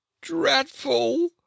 dreadful